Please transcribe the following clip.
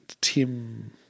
Tim